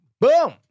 boom